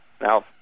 Now